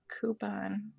coupon